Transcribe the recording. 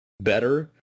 better